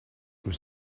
was